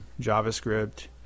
JavaScript